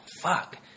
fuck